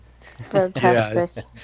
Fantastic